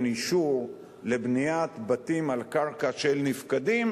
אישור לבניית בתים על קרקע של נפקדים,